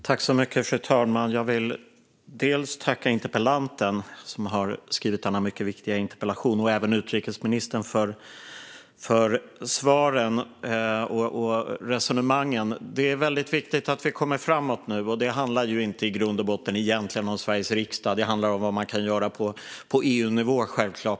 Fru talman! Jag vill tacka interpellanten som skrivit denna mycket viktiga interpellation och även utrikesministern för svaren och resonemangen. Det är väldigt viktigt att vi kommer framåt nu, och det handlar i grund och botten inte om Sveriges riksdag. Det handlar självklart om vad man kan göra på EU-nivå.